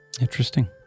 Interesting